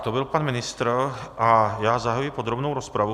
To byl pan ministr, a já zahajuji podrobnou rozpravu.